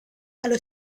allo